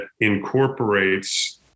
incorporates